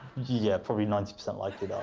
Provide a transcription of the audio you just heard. yeah, probably ninety percent likely that